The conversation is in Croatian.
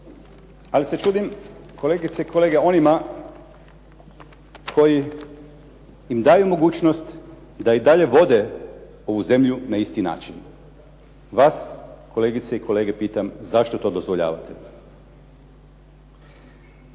Ali se čudim kolegice i kolege onima koji im daju mogućnost da i dalje vode ovu zemlju na isti način. Vas kolegice i kolege pitam zašto to dozvoljavate?